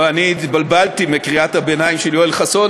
אני התבלבלתי מקריאת הביניים של יואל חסון,